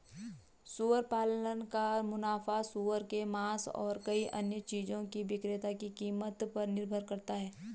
सुअर पालन का मुनाफा सूअर के मांस और कई अन्य चीजों की बिक्री की कीमत पर निर्भर करता है